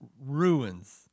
Ruins